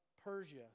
Persia